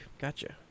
Gotcha